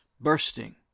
bursting